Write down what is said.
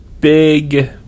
big